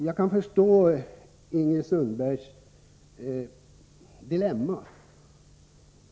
Jag kan förstå Ingrid Sundbergs dilemma.